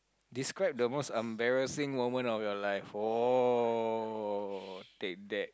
describe the most embarrassing moment of your life oh take that